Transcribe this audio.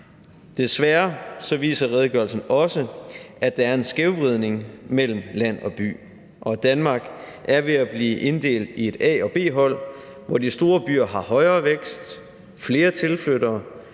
Desværre viser redegørelsen også, at der er en skævvridning mellem land og by, og at Danmark er ved at blive inddelt i et A- og B-hold, hvor de store byer har højere vækst og flere tilflyttere,